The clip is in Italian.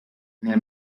nel